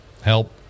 help